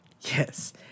Yes